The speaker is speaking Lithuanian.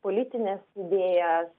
politines idėjas